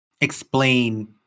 explain